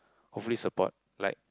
hopefully support like